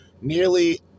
Nearly